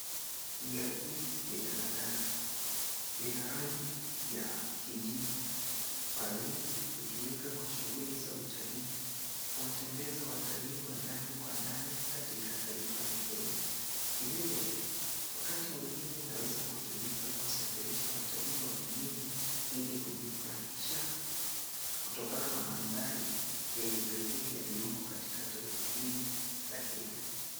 Gari hili, ni daladala. Lina rangi ya kijivu. Mara nyingi, hutumika kwa shughuli za utalii, kuwatembeza watalii wa ndani kwa ndani katika taifa la Kenya. Vilevile, wakati mwingine unaweza kutumika kuwasafirisha watalii wa kijini ili kujifurahisha kutokana na mandhari ya kipekee yaliyomo katika taifa hili la Kenya.